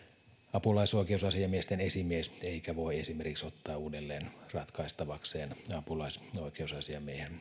apulaisoikeusasiamiesten esimies eikä voi esimerkiksi ottaa uudelleen ratkaistavakseen apulaisoikeusasiamiehen